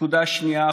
נקודה שנייה,